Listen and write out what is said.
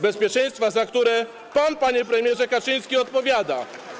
Bezpieczeństwa, za które pan, panie premierze Kaczyński, odpowiada.